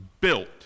built